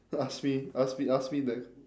ask me ask me ask me that